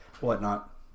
whatnot